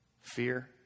Fear